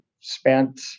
spent